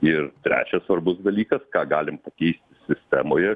ir trečias svarbus dalykas ką galim pakeisti sistemoje